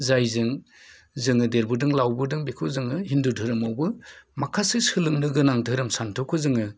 जायजों जोङो देरबोदों लावबोदों बेखोबो जों हिन्दु धोरोमावबो माखासे सोलोंनो गोनां सान्थौखौ जोङो